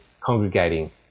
congregating